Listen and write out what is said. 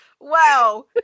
Wow